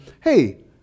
hey